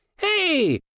Hey